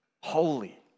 holy